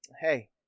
Hey